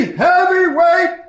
heavyweight